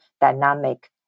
dynamic